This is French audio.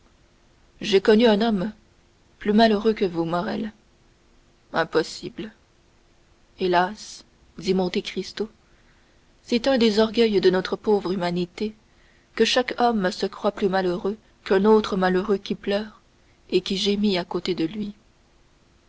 j'ai connu un homme plus malheureux que vous morrel impossible hélas dit monte cristo c'est un des orgueils de notre pauvre humanité que chaque homme se croie plus malheureux qu'un autre malheureux qui pleure et qui gémit à côté de lui